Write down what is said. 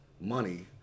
money